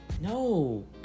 No